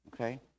Okay